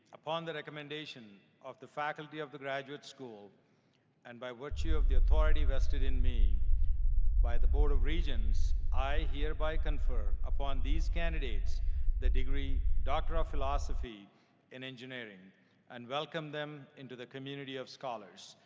upon the recommendation of the faculty of the graduate school and by virtue of the authority vested in me by the board of regents, i hereby confer upon these candidates the degree, doctor of philosophy in engineering and welcome them into the community of scholars.